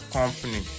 Company